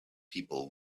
people